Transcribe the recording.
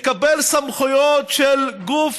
מקבל סמכויות של גוף